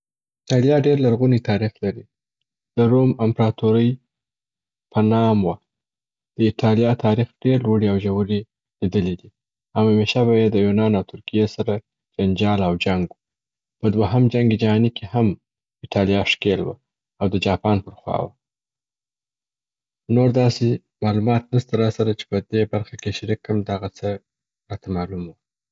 ایټالیا ډېر لرغونی تاریخ لري. د روم امپراتورۍ په نام وه. د ایټالیا تاریخ ډېري لوړي او ژوري لیدلي دي، او همیشه به یې د یونان او تورکیې سره جنجال او جنګ و. په دوهم جنګ جهاني کي هم ایټالیا ښکیل وه او د جاپان پر خوا وه. نور داسي معلومات نسته را سره چې په دې برخه کي شریک کړم، دغه څه راته معلوم وه.